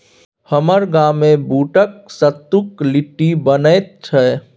हमर गाममे बूटक सत्तुक लिट्टी बनैत छै